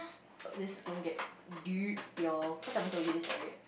this is gon get deep y'all cause I haven't told you this story yet